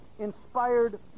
inspired